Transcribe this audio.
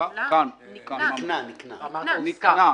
לא נשכר.